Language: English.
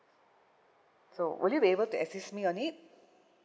so would you be able to assist me on it